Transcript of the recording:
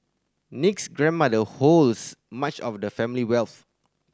Nick's grandmother holds much of the family wealth